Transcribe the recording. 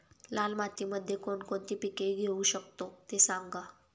लाल मातीमध्ये कोणकोणती पिके घेऊ शकतो, ते सांगा